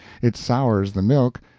it sours the milk,